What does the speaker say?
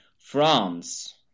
France